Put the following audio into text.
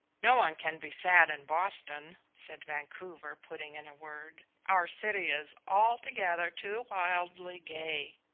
no one can be sad in boston, said vancouver, putting in a word. our city is altogether too wildly gay.